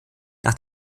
nach